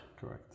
Correct